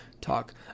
talk